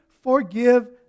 forgive